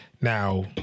Now